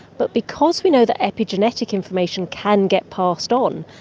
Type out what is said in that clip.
but because we know that epigenetic information can get passed on,